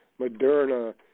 Moderna